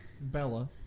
Bella